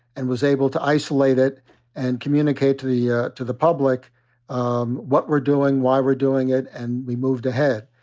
and was able to isolate it and communicate to the yeah to the public um what we're doin', why we're doing it. and we moved ahead.